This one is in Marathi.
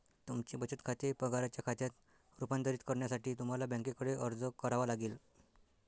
तुमचे बचत खाते पगाराच्या खात्यात रूपांतरित करण्यासाठी तुम्हाला बँकेकडे अर्ज करावा लागेल